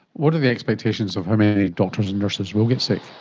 what are the expectations of how many doctors and nurses will get sick?